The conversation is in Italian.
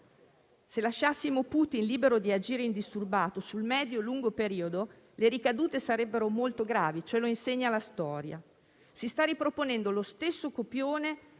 Se lasciassimo Putin libero di agire indisturbato, sul medio-lungo periodo le ricadute sarebbero molto gravi, come ci insegna la storia. Si sta riproponendo lo stesso copione